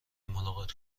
ملاقات